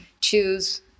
choose